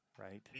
Right